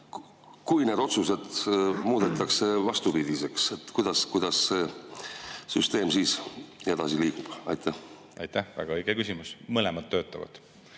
Kui need otsused muudetakse vastupidiseks, kuidas see süsteem siis edasi liigub? Aitäh! Väga õige küsimus. Mõlemad töötavad.